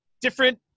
Different